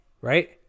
right